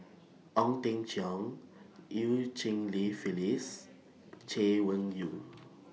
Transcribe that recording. Ong Teng Cheong EU Cheng Li Phyllis Chay Weng Yew